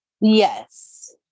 Yes